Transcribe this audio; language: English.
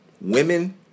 women